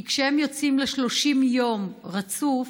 כי כשהם יוצאים ל-30 יום רצוף,